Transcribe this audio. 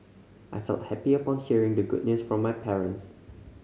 I felt happy upon hearing the good news from my parents